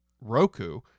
Roku